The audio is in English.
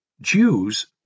Jews